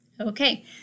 Okay